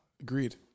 Agreed